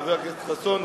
חבר הכנסת חסון,